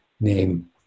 name